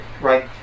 Right